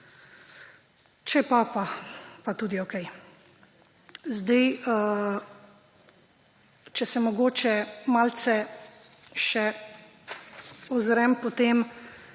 Če pa, pa tudi okej. Če se mogoče malce še ozrem po tem,